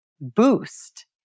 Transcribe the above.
boost